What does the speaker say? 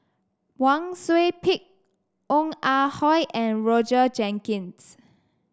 Wang Sui Pick Ong Ah Hoi and Roger Jenkins